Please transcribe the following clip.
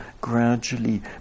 gradually